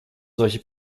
solche